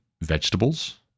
vegetables